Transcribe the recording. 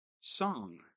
song